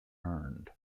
earned